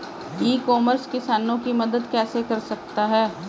ई commerce किसानों की मदद कैसे कर सकता है?